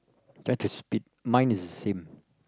that's a speed mine is the same